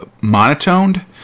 monotoned